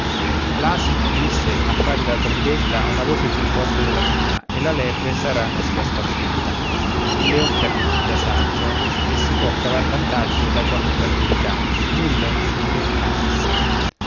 l'asino disse a fare da trombetta ha una voce più forte della mia e la lepre sarà nostra staffetta il leon capì da saggio che si può cavar vantaggio da qualunque attività nulla è inutile a chi